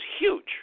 huge